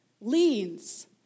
leans